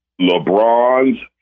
LeBron's